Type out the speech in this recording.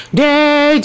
day